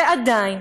ועדיין,